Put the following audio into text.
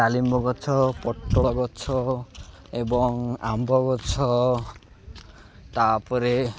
ଡାଲିମ୍ବ ଗଛ ପୋଟଳ ଗଛ ଏବଂ ଆମ୍ବ ଗଛ ତା'ପରେ